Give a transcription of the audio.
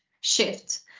shift